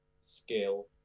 skill